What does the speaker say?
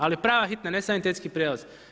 Ali prave hitne, ne sanitetski prijevoz.